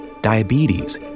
diabetes